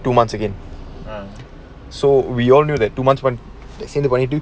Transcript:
two months again err so we all knew that two months when they seem to want do